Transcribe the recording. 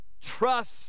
Trust